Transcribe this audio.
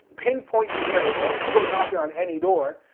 pinpoint the areas, don't just go knocking on any door.